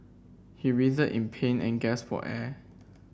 he writhed in pain and gasped for air